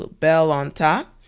bell on top.